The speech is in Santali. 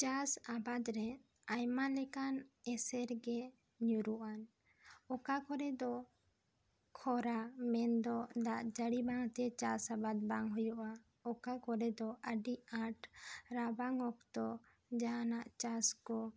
ᱪᱟᱥ ᱟᱵᱟᱫᱽ ᱨᱮ ᱟᱭᱢᱟ ᱞᱮᱠᱟᱱ ᱮᱥᱮᱨ ᱜᱮ ᱧᱩᱨᱩᱜᱼᱟᱱ ᱚᱠᱟ ᱠᱚᱨᱮ ᱫᱚ ᱠᱷᱚᱨᱟ ᱢᱮᱱ ᱫᱚ ᱫᱟᱜ ᱡᱟᱹᱲᱤ ᱵᱟᱝ ᱛᱮ ᱪᱟᱥ ᱟᱵᱟᱫᱽ ᱫᱚ ᱵᱟᱝ ᱦᱩᱭᱩᱜᱼᱟ ᱚᱠᱟ ᱠᱚᱨᱮ ᱫᱚ ᱟᱹᱰᱤ ᱟᱸᱴ ᱨᱟᱵᱟᱝ ᱚᱠᱛᱚ ᱡᱟᱦᱟᱱᱟᱜ ᱪᱟᱥ ᱠᱚ